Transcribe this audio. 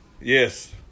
Yes